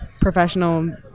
professional